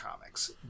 comics